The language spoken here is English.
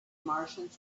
martians